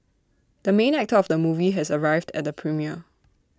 the main actor of the movie has arrived at the premiere